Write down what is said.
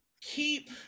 keep